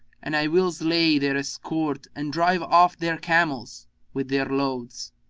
and i will slay their escort and drive off their camels with their loads.